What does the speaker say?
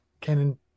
cannon